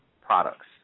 products